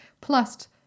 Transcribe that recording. Plus